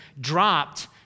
dropped